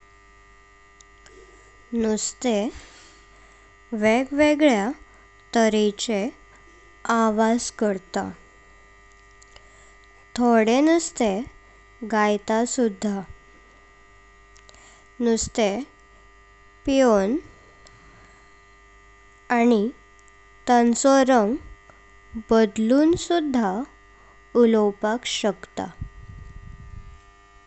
नुस्ते वेग वेगळ्या तऱ्हेचे आवाज करतं, थोडे नुस्ते गायत सुद्धा। नुस्ते पाहून आणि तांचो रंग बदलून सुद्धा उलोवपाक शकता।